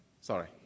sorry